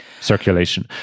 circulation